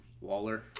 Waller